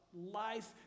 life